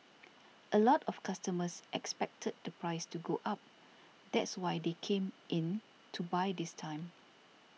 a lot of customers expected the price to go up that's why they came in to buy this time